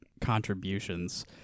contributions